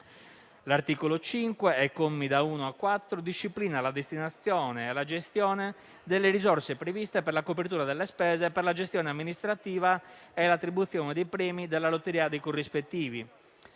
L'articolo 5, ai commi da 1 a 4, disciplina la destinazione e la gestione delle risorse previste per la copertura delle spese per la gestione amministrativa e l'attribuzione di premi della lotteria dei corrispettivi.